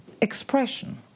expression